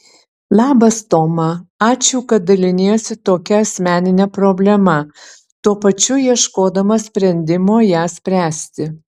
labas toma ačiū kad daliniesi tokia asmenine problema tuo pačiu ieškodama sprendimo ją spręsti